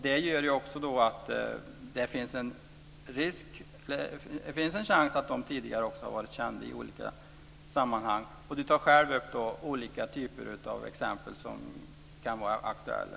Det gör att det finns en chans att de tidigare har gjort sig kända i olika sammanhang. Beatrice Ask tar själv upp olika typer av exempel som kan vara aktuella.